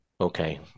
okay